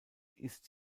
ist